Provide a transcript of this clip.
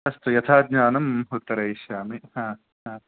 अस्तु यथा ज्ञानम् उत्तरयिष्यामि हा ह